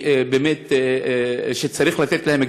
שבאמת צריך לתת להם,